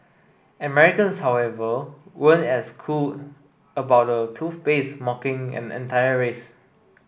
Americans however weren't as cool about a toothpaste mocking an entire race